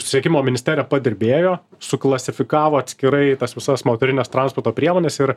susisiekimo ministerija padirbėjo suklasifikavo atskirai tas visas motorines transporto priemones ir